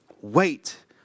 wait